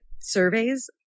surveys